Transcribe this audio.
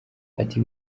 ati